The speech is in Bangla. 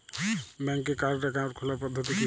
ব্যাংকে কারেন্ট অ্যাকাউন্ট খোলার পদ্ধতি কি?